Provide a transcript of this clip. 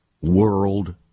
World